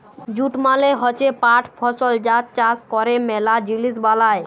jute মালে হচ্যে পাট ফসল যার চাষ ক্যরে ম্যালা জিলিস বালাই